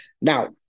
Now